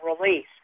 release